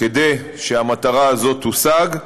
כדי שהמטרה הזאת תושג,